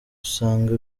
usanga